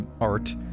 art